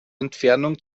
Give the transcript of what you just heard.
entfernung